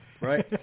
Right